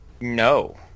No